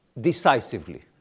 decisively